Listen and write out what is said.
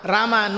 Rama